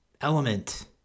Element